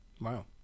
Wow